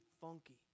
funky